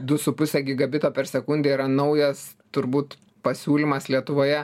du su puse gigabito per sekundę yra naujas turbūt pasiūlymas lietuvoje